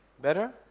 Better